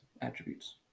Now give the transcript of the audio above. attributes